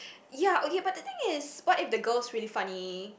ya okay but the thing is but if the girl really funny